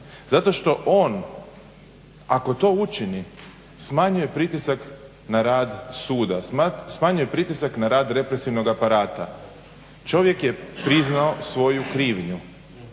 Zato što on ako to učini smanjuje pritisak na rad suda, smanjuje pritisak na rad represivnog aparata. Čovjek je priznao svoju krivnju.